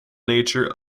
nature